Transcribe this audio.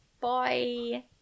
Bye